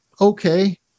okay